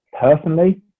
personally